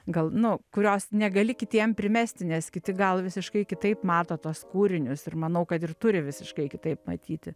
gal nu kurios negali kitiem primesti nes kiti gal visiškai kitaip mato tuos kūrinius ir manau kad ir turi visiškai kitaip matyti